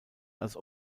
als